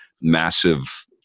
massive